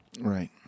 Right